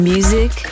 Music